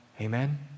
Amen